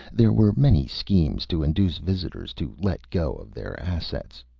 there were many schemes to induce visitors to let go of their assets.